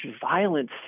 violence